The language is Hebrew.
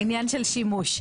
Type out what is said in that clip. עניין של שימוש...